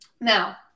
Now